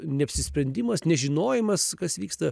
neapsisprendimas nežinojimas kas vyksta